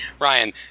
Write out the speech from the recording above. Ryan